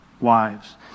wives